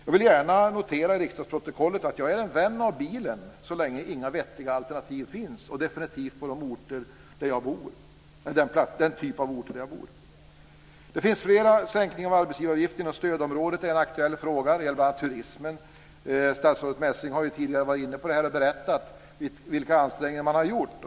Jag vill gärna notera i riksdagsprotokollet att jag är en vän av bilen så länge inga vettiga alternativ finns, och definitivt på den typ av orter där jag bor. Sänkningen av arbetsgivaravgiften inom stödområdet är en aktuell fråga. Det gäller turismen. Statsrådet Messing har tidigare varit inne på detta och berättat vilka ansträngningar man har gjort.